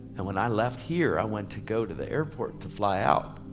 and when i left here, i went to go to the airport to fly out.